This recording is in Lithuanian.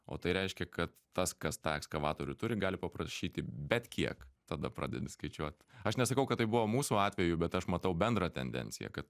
o tai reiškia kad tas kas tą ekskavatorių turi gali paprašyti bet kiek tada pradedi skaičiuoti aš nesakau kad tai buvo mūsų atveju bet aš matau bendrą tendenciją kad